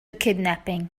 kidnapping